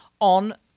on